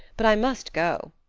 but i must go.